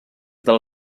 del